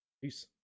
Peace